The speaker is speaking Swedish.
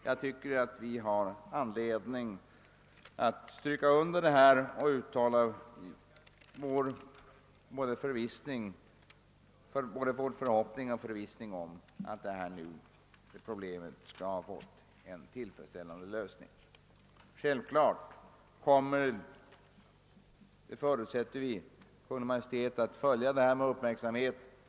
Jag tycker vi har anledning att poängtera detta och att uttala både vår förhoppning och vår förvissning om att detta problem skall ha fått en tillfredsställande lösning. Självfallet kommer — det förutsätter vi — Kungl. Maj:t att följa frågan med uppmärksamhet.